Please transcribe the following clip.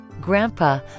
Grandpa